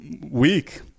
week